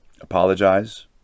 apologize